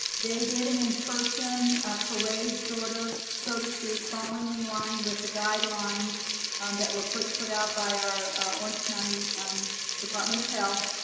they did an in person parade sort of so to speak, falling in line with the guidelines that were put put out by our orange county department of health.